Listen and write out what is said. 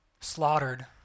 slaughtered